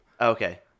Okay